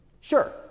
sure